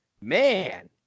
man